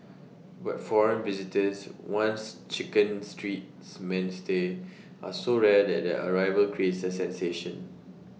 but foreign visitors once chicken Street's mainstay are so rare that their arrival creates A sensation